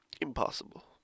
impossible